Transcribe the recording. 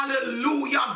hallelujah